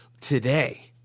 today